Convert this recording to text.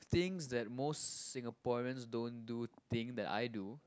things that most Singaporeans don't do thing that I do